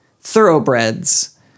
thoroughbreds